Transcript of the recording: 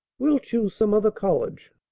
we'll choose some other college.